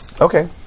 Okay